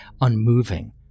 unmoving